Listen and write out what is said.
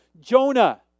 Jonah